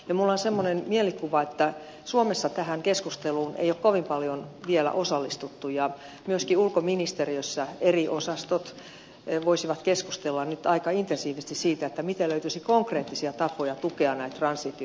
minulla on semmoinen mielikuva että suomessa tähän keskusteluun ei ole kovin paljon vielä osallistuttu ja myöskin ulkoministeriössä eri osastot voisivat keskustella nyt aika intensiivisesti siitä miten löytyisi konkreettisia tapoja tukea näitä transitiomaita